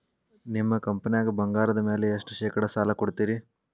ನಿಮ್ಮ ಕಂಪನ್ಯಾಗ ಬಂಗಾರದ ಮ್ಯಾಲೆ ಎಷ್ಟ ಶೇಕಡಾ ಸಾಲ ಕೊಡ್ತಿರಿ?